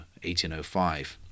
1805